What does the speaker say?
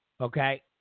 okay